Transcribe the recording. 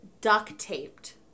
duct-taped